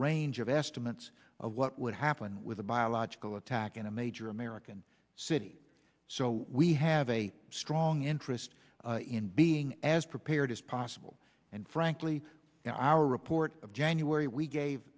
range of estimates of what would happen with a biological attack in a major american city so we have a strong interest in being as prepared as possible and frankly in our report of january we gave